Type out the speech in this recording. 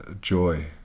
joy